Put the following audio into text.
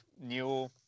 new